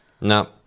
No